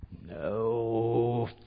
no